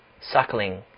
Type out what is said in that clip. Suckling